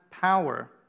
power